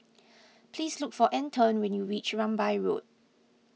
please look for Antone when you reach Rambai Road